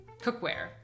cookware